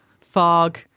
fog